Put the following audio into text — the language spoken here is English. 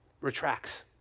retracts